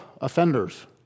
offenders